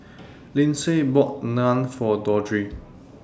Lindsay bought Naan For Dondre